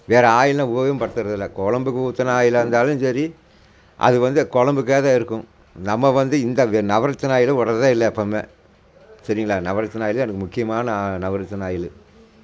வேறு ஆயிலேலாம் உபயோகமும் படுத்துறதில்லை குழம்புக்கு ஊத்துன ஆயிலா இருந்தாலும் சரி அதுவந்து குழம்புக்காக தான் இருக்கும் நம்ம வந்து இந்த நவரத்தினா ஆயிலை விடுறதே இல்லை எப்பவுமே சரிங்களா நவரத்தின ஆயிலு எனக்கு முக்கியமான நவரத்தின ஆயில்